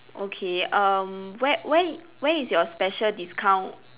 okay um where where where is your special discount